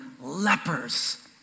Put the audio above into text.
lepers